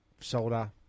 shoulder